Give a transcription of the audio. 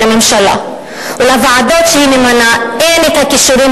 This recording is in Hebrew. שלממשלה ולוועדות שהיא ממנה אין הכישורים